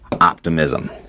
optimism